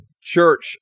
church